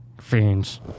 Fiends